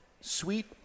Sweet